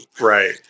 Right